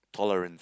tolerance